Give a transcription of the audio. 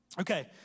Okay